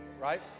right